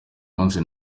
munsi